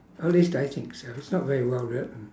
at least I think so it's not very well written